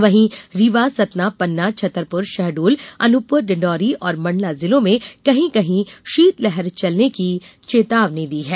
वहीं रीवा सतना पन्ना छतरपुर शहडोल अनूपपुर डिंडोरी और मंडला जिलों में कहीं कहीं शीतलहर चलने की चेतावनी दी है